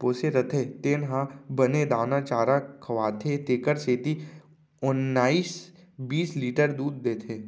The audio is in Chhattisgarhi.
पोसे रथे तेन ह बने दाना चारा खवाथे तेकर सेती ओन्नाइस बीस लीटर दूद देथे